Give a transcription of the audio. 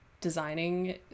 designing